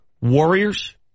Warriors